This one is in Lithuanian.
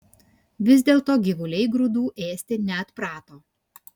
vis dėlto gyvuliai grūdų ėsti neatprato